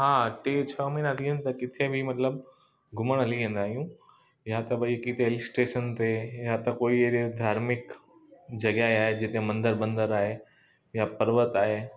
हा टे छह महीना थी विया आहिनि किथे बि मतिलबु घुमणु हली वेंदा आहियूं या त भई किथे हिल स्टेशन ते या त अहिड़ी कोई धार्मिक जॻह आहे जिते मंदरु वंदर आहे या पर्वत आहे